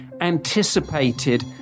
anticipated